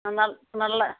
ஆ நல்லா